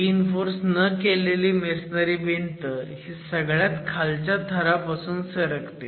reinforce न केलेली masonry भिंत ही सगळ्यात खालच्या थरापासून सरकते